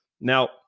Now